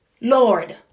Lord